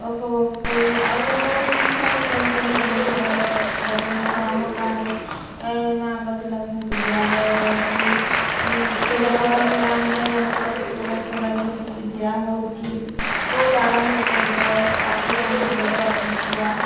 ଉପଭୋଗ କରୁ ଆଉ ବହୁତ ଉତ୍ସବ ସହିତ ବି ପାଳନ କରାଯାଏ ଆଉ ଆମ ଗାଁରେ ମାଁ ଗଜଲକ୍ଷ୍ମୀ ପୂଜାର ବି ସେଇଟା ପରମ୍ପରା ଅନୁଯାୟୀ ଆମର ପ୍ରତ୍ୟେକ ବର୍ଷ ଗଜଲକ୍ଷ୍ମୀ ପୂଜା ହଉଛି ବହୁତ ଆଡ଼ମ୍ଭର ସହିତ ତାପରେ ଆମର ଦୁର୍ଗାପୂଜା